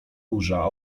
burza